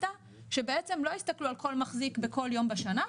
הייתה שבעצם לא הסתכלו על כל מחזיק בכל יום בשנה,